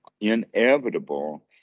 inevitable